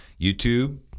YouTube